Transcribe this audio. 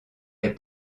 est